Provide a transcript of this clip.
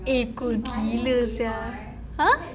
eh cool gila sia !huh!